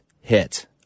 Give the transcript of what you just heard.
hit